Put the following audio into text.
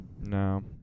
No